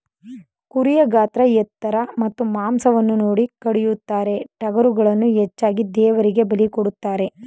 ಕುರಿಯ ಗಾತ್ರ ಎತ್ತರ ಮತ್ತು ಮಾಂಸವನ್ನು ನೋಡಿ ಕಡಿಯುತ್ತಾರೆ, ಟಗರುಗಳನ್ನು ಹೆಚ್ಚಾಗಿ ದೇವರಿಗೆ ಬಲಿ ಕೊಡುತ್ತಾರೆ